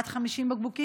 עד 50 בקבוקים,